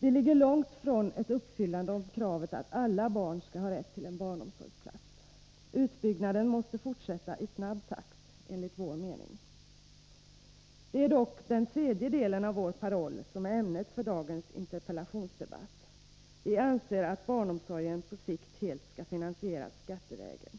Vi är långt från ett uppfyllande av kravet på att alla barn skall ha rätt till en barnomsorgsplats. Utbyggnaden måste enligt vår mening fortsätta i snabb takt. Det är dock den tredje delen av vår paroll som är ämnet för dagens interpellationsdebatt. Vi anser att barnomsorgen på sikt helt skall finansieras skattevägen.